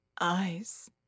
Eyes